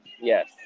yes